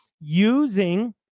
using